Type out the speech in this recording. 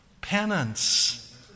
Penance